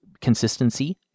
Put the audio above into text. consistency